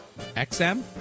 XM